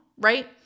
right